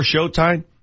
showtime